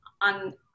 on